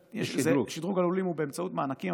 שדרוג הלולים הוא באמצעות מענקים,